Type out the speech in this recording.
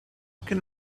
can